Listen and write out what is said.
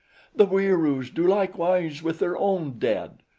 the wieroos do likewise with their own dead,